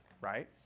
right